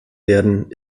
werden